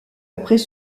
après